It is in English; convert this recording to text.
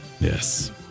Yes